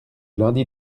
lundi